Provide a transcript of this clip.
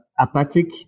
apathic